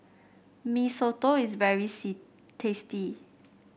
Mee Soto is very tasty